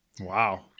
Wow